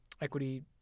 equity